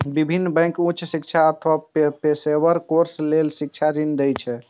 विभिन्न बैंक उच्च शिक्षा अथवा पेशेवर कोर्स लेल शिक्षा ऋण दै छै